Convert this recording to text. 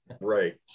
Right